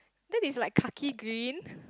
that is like khaki green